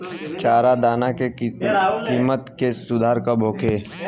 चारा दाना के किमत में सुधार कब होखे?